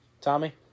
Tommy